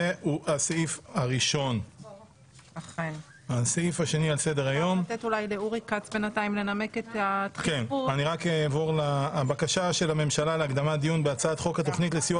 2. בקשת הממשלה להקדמת הדיון בהצעת חוק התוכנית לסיוע